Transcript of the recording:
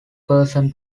person